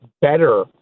better